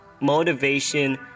Motivation